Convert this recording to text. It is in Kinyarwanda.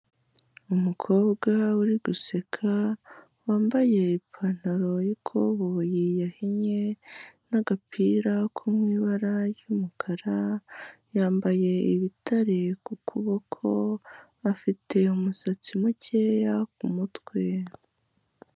Umukobwa uri guseka, wambaye ipantaro y'ikoboyi yahinnye n'agapira ko mu ibara ry'umukara, yambaye ibitare ku kuboko, afite umusatsi mukeya ku mutwe.